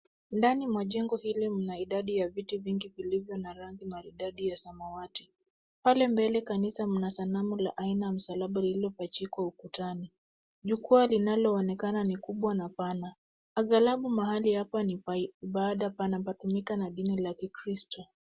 Ndani mwa jengo hili mna idadi ya viti vingi vilivyo na rangi maridadi ya samawati. Pale mbele kabisa mna sanamu la aina msalaba lililopachikwa ukutani. Jukwaa linaloonekana ni kubwa na pana angalabu mahali hapa ni pa ibaada panatumika na dini la kikristo.